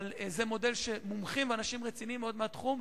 זה מודל של מומחים ואנשים רציניים מאוד מהתחום.